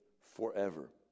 forever